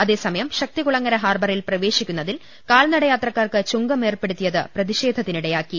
അതേസമയം ശക്തികുളങ്ങര ഹാർബറിൽ പ്രവേശിക്കുന്നതിൽ കാൽനടയാത്രക്കാർക്ക് ചുങ്കം ഏർപ്പെടുത്തിയത് പ്രതിഷേധത്തിനിടയാക്കി